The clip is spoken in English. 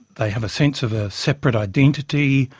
they have a sense of a separate identity,